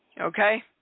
okay